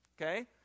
Okay